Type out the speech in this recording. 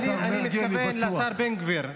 לא, לא, אני מתכוון לשר בן גביר.